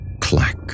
clack